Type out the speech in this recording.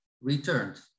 returned